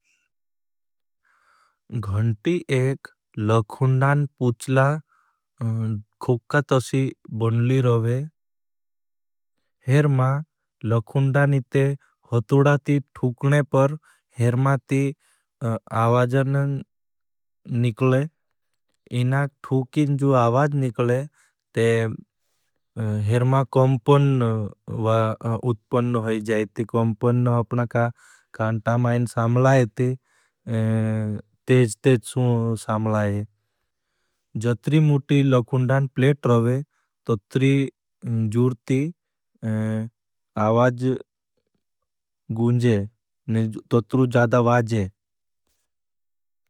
घंटी एक लखुन्डान पूछला खुककत असी बनली रोवे। हेर मा लखुन्डान इते हतुडा ती ठूकने पर हेर मा ती आवाजन निकले। इना ठूकिन जू आवाज निकले। हेर मा कौंपन उत्पन होई जायती, कौंपन अपना कांटा माईन सामलायती तेज़ तेज़ सुं सामलाये। जोतरी मुटी लखुन्डान प्लेट रोवे, तोतरी जूरती आवाज गुंजे, तोतरी ज़्यादा वाजे।